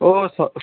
ও